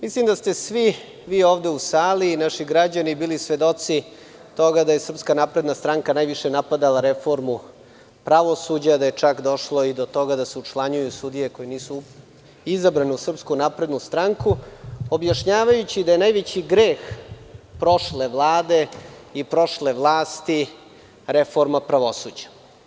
Mislim da ste svi vi ovde u sali i naši građani bili svedoci toga da je SNS najviše napadala reformu pravosuđa, da je čak došlo i do toga da se učlanjuju sudije koje nisu izabrane u SNS, objašnjavajući da je najveći greh prošle Vlade i prošle vlasti reforma pravosuđa.